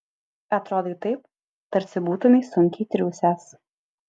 atrodai taip tarsi būtumei sunkiai triūsęs